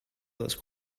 those